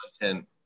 content